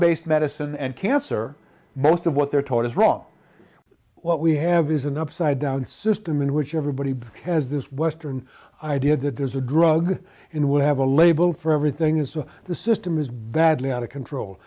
based medicine and cancer most of what they're taught is wrong what we have is an upside down system in which everybody has this western idea that there's a drug and will have a label for everything is the system is badly out of control